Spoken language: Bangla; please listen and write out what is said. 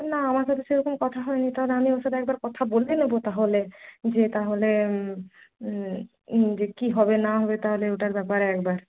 না আমার সাথে সেরকম কথা হয়নি তাহলে আমি ওর সাথে একবার কথা বলে নেব তাহলে যে তাহলে যে কী হবে না হবে তাহলে ওটার ব্যাপারে একবার